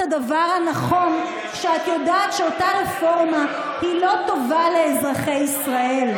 הדבר הנכון כשאת יודעת שאותה רפורמה היא לא טובה לאזרחי ישראל.